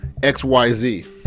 XYZ